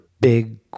big